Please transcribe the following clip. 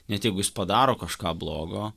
net jeigu jis padaro kažką blogo